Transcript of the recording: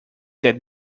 that